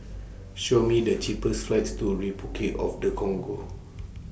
Show Me The cheapest flights to Repuclic of The Congo